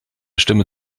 stimme